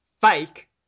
fake